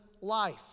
life